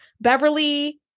Beverly